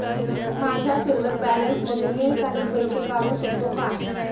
माझ्या शिल्लक बॅलन्स मधून मी काही पैसे काढू शकतो का?